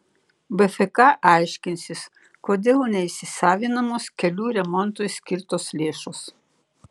bfk aiškinsis kodėl neįsisavinamos kelių remontui skirtos lėšos